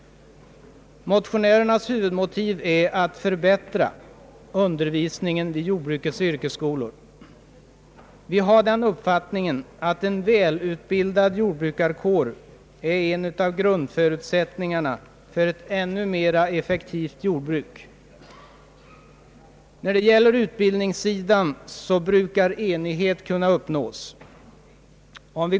Motionärernas huvudmotiv är att förbättra undervisningen vid jordbrukets yrkesskolor. Vi är av den uppfattningen att en välutbildad jordbrukarkår är en av grundförutsättningarna för ett ännu mer effektivt jordbruk. På utbildningssidan brukar enighet kunna uppnås.